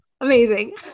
Amazing